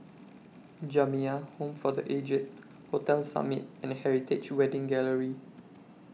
Jamiyah Home For The Aged Hotel Summit and Heritage Wedding Gallery